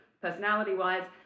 personality-wise